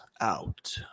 out